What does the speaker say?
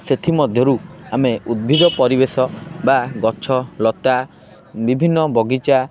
ସେଥିମଧ୍ୟରୁ ଆମେ ଉଦ୍ଭିଦ ପରିବେଶ ବା ଗଛ ଲତା ବିଭିନ୍ନ ବଗିଚା